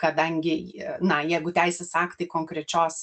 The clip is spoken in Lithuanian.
kadangi na jeigu teisės aktai konkrečios